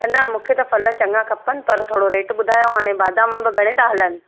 त न मूंखे त फल चङा खपनि पर थोरो रेट ॿुधायो हाणे बादाम अम्ब घणे था हलनि